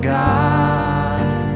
god